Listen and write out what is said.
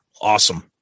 Awesome